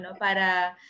para